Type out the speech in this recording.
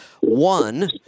One